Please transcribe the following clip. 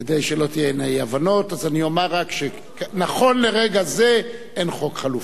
כדי שלא תהיינה אי-הבנות אומר רק שנכון לרגע זה אין חוק חלופי.